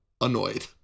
annoyed